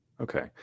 Okay